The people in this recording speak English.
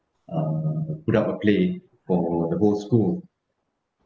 uh put up a play for the whole school